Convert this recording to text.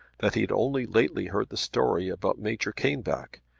that he had only lately heard the story about major caneback,